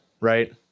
right